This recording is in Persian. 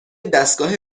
دستگاه